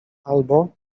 albo